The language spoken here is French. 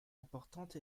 importante